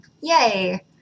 Yay